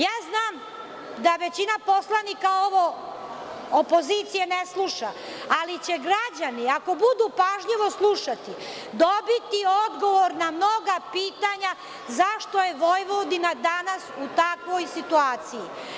Ja znam da većina poslanika opozicije ovo ne sluša, ali će građani ako budu pažljivo slušali, dobiti odgovor na mnoga pitanja zašto je Vojvodina danas u takvoj situaciji.